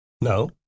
No